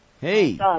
Hey